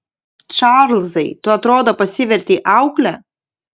čarlzai tu atrodo pasivertei aukle